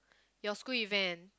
your school event